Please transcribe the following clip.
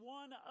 one